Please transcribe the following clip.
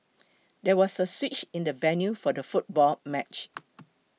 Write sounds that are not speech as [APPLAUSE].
there was a switch in the venue for the football match [NOISE]